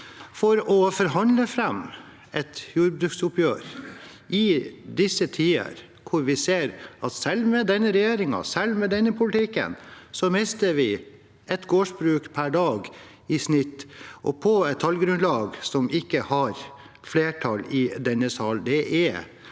tider å forhandle fram et jordbruksoppgjør hvor vi ser at vi selv med denne regjeringen, selv med denne politikken, mister i snitt ett gårdsbruk per dag – og på et tallgrunnlag som ikke har flertall i denne sal – det er